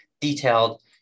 detailed